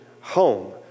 home